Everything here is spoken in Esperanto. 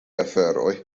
aferoj